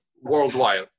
worldwide